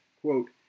Quote